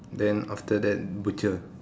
then after that butcher